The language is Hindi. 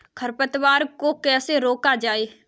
खरपतवार को कैसे रोका जाए?